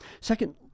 Second